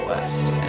West